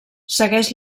segueix